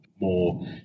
more